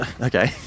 Okay